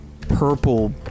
purple